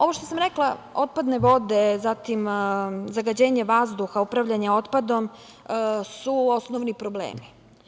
Ovo što sam rekla otpadne vode, zatim zagađenje vazduha, upravljanje otpadom, su osnovni problemi.